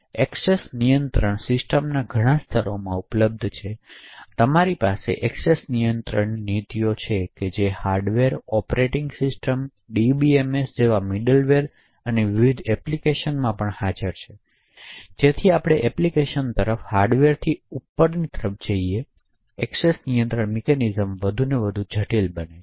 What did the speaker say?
access નિયંત્રણો સિસ્ટમમાં ઘણા સ્તરોમાં ઉપલબ્ધ છે તેથી તમારી પાસે એક્સેસ નિયંત્રણ નીતિઓ છે જે હાર્ડવેર ઑપરેટિંગ સિસ્ટમ DBMS જેવા મિડલવેર અને વિવિધ એપ્લિકેશનોમાં પણ છે જેથી આપણે એપ્લિકેશન તરફ હાર્ડવેરથી ઉપરની તરફ જઈએ એક્સેસ નિયંત્રણ મિકેનિઝમ્સ વધુ અને વધુ જટિલ બને છે